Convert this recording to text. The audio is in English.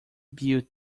built